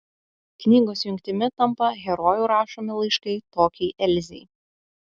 knygos jungtimi tampa herojų rašomi laiškai tokiai elzei